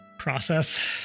process